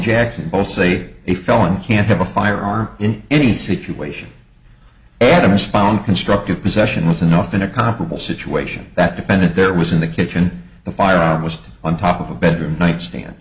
jackson both say a felon can't have a firearm in any situation ever spawn constructive possession was enough in a comparable situation that defendant there was in the kitchen the firearm was on top of a bedroom nightstand